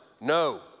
no